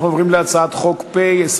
אנחנו עוברים להצעת חוק פ/2682,